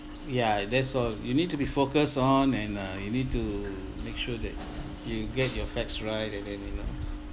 ya that's all you need to be focus on and uh you need to make sure that you get your facts right and then you know